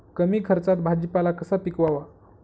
कमी खर्चात भाजीपाला कसा पिकवावा?